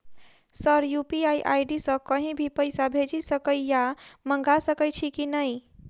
Sir UPI ID सँ कहि भी पैसा भेजि सकै या मंगा सकै छी की न ई?